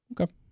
Okay